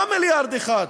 לא מיליארד אחד.